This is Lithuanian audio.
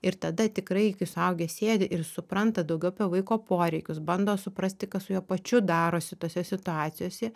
ir tada tikrai kai suaugęs sėdi ir supranta daugiau apie vaiko poreikius bando suprasti kas su juo pačiu darosi tose situacijose